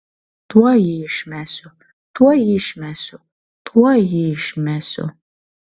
tuoj jį išmesiu tuoj jį išmesiu tuoj jį išmesiu